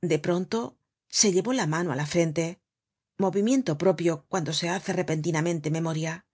de pronto se llevó la mano á la frente movimiento propio cuando se hace repentinamente memoria